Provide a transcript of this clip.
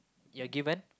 you're given